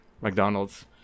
McDonald's